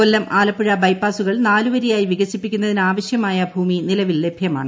കൊല്ലം ആലപ്പുഴ ബൈപ്പാസുകൾ നാലുവരിയായി വികസിപ്പിക്കുന്നതിന് ആവശ്യമായ ഭൂമി നിലവിൽ ലഭ്യമാണ്